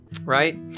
right